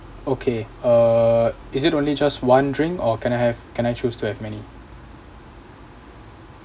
okay uh is it only just one drink or can I have can I choose to have many